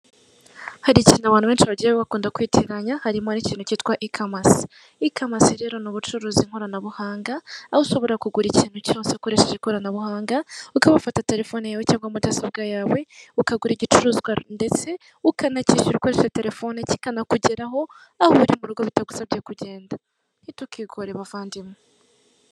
Hari ikintu abantu benshi bagiye bakunda kwitiranya harimo n'ikintu cyitwa E-commerce. E-commerce rero ni ubucuruzi nkoranabuhanga, aho ushobora kugura ikintu cyose ukoresheje ikoranabuhanga, ukaba wafata telefoni yawe cyangwa mudasobwa yawe, ukagura igicuruzwa ndetse ukanacyishyura ukoresha telefoni kikanakugeraho aho uri mu rugo bitagusabye kugenda. Ntitukigore bavandimwe.